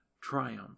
triumph